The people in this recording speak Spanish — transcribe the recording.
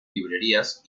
librerías